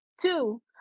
Two